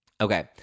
Okay